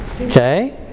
Okay